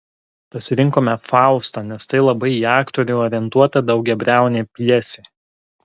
pasirinkome faustą nes tai labai į aktorių orientuota daugiabriaunė pjesė